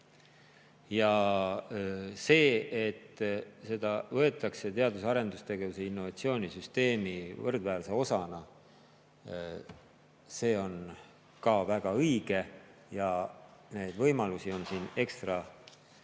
Ja see, et seda võetakse teadus- ja arendustegevuse ning innovatsiooni süsteemi võrdväärse osana, on väga õige. Ja neid võimalusi on siin ekstra